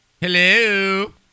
Hello